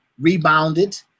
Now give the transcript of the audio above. rebounded